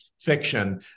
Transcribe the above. fiction